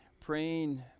praying